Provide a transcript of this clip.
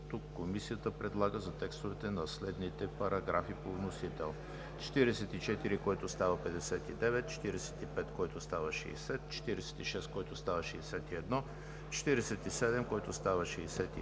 Комисията предлага, за текстовете на следните параграфи по вносител: § 44, който става § 59; § 45, който става § 60; § 46, който става § 61; § 47, който става §